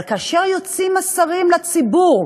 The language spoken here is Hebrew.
אבל כאשר יוצאים השרים לציבור,